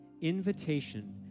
invitation